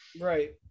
Right